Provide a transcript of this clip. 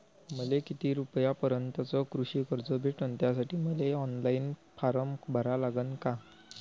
मले किती रूपयापर्यंतचं कृषी कर्ज भेटन, त्यासाठी मले ऑनलाईन फारम भरा लागन का?